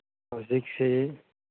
ꯍꯧꯖꯤꯛꯁꯦ